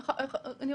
יש